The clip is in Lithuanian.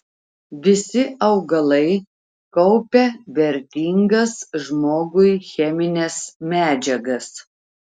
visi augalai kaupia vertingas žmogui chemines medžiagas